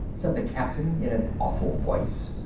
said the captain in an awful voice,